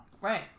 Right